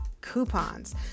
coupons